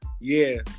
Yes